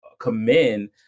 commend